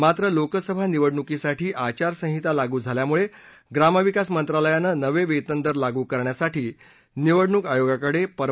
मात्र लोकसभा निवडणुकीसाठी आचारसंहिता लागू झाल्यामुळे ग्रामविकास मंत्रालयानं नवे वेतन दर लागू करण्यासाठी निवडणूक आयोगाकडे परवानगी मागितली होती